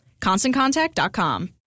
ConstantContact.com